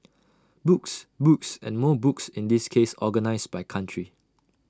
books books and more books in this case organised by country